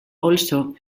also